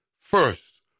first